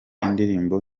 indirimbo